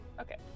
Okay